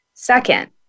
Second